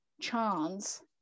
chance